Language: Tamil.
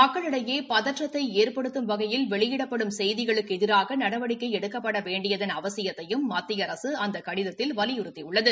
மக்களிடையே பதற்றத்தை ஏற்படுத்தும் வகையில் வெளியிடப்படும் செய்திகளுக்கு எதிராக நடவடிக்கை எடுக்கப்பட வேண்டியதன் அவசியத்தையும் மத்திய அரசு அந்த கடிதத்தில் வலியுறுத்தியுள்ளது